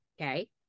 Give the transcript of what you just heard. Okay